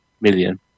million